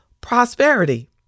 prosperity